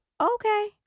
okay